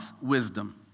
wisdom